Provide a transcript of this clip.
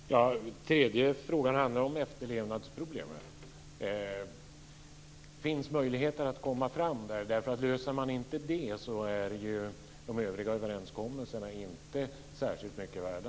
Fru talman! Den tredje frågan handlar om efterlevnadsproblemen. Finns det möjligheter att komma fram där? Löser man inte det problemet så är de övriga överenskommelserna inte särskilt mycket värda.